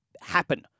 happen